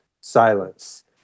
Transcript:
silence